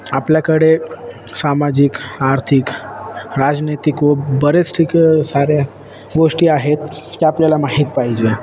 आपल्याकडे सामाजिक आर्थिक राजनैतिक व बरेच ठीक साऱ्या गोष्टी आहेत ते आपल्याला माहीत पाहिजे